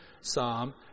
psalm